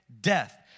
death